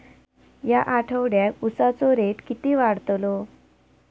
या आठवड्याक उसाचो रेट किती वाढतलो?